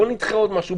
בואו נדחה עוד משהו.